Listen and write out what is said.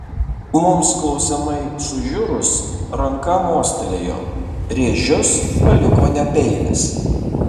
mums klausiamai sužiurus ranka mostelėjo rėžius paliko ne peilis